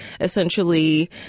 essentially